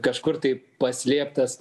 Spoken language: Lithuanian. kažkur tai paslėptas